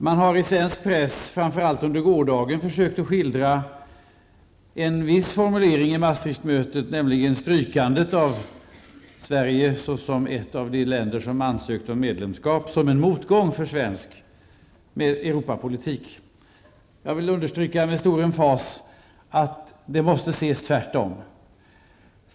Man har i svensk press, framför allt under gårdagen, försökt att skildra en viss formulering vid Maastrichtmötet, nämligen strykandet av Sverige som ett av de länder som ansökt om medlemskap, som en motgång för svensk Europapolitik. Jag vill med stor emfas understryka att det måste ses tvärtom.